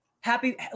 happy